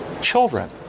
children